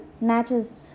matches